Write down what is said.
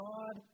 God